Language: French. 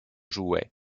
jouet